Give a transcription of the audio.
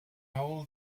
sawl